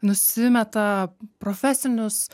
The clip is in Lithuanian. nusimeta profesinius